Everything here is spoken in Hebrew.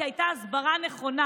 כי הייתה הסברה נכונה?